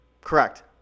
Correct